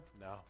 No